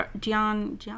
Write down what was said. John